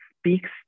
speaks